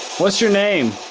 what's your name.